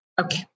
okay